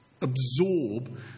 absorb